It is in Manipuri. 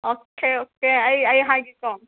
ꯑꯣꯈꯦ ꯑꯣꯀꯦ ꯑꯩ ꯑꯩ ꯍꯥꯏꯒꯦꯀꯣ